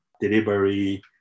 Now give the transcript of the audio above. delivery